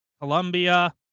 Colombia